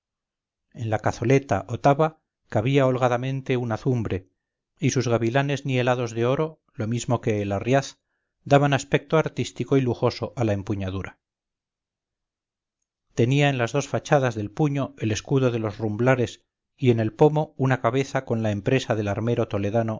en la cazoleta o taza cabía holgadamente una azumbre y sus gavilanes nielados de oro lo mismo que el arriaz daban aspecto artístico y lujoso a la empuñadura tenía en las dos fachadas del puño el escudo de los rumblares y en el pomo una cabeza con la empresa del armero toledano